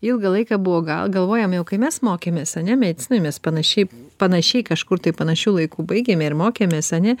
ilgą laiką buvo gal galvojame jau kai mes mokėmės ane medicinoj mes panašiai panašiai kažkur tai panašiu laiku baigėme ir mokėmės ane